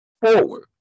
forward